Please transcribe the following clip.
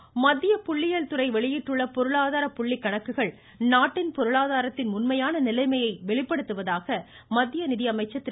அருண்ஜேட்லி மத்திய புள்ளியியல் துறை வெளியிட்டுள்ள பொருளாதார புள்ளி கணக்குகள் நாட்டின் பொருளாதாரத்தின் உண்மையான நிலைமையை வெளிப்படுத்துவதாக மத்திய நிதியமைச்சர் திரு